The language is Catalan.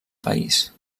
país